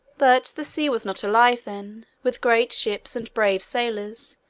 but the sea was not alive, then, with great ships and brave sailors,